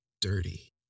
dirty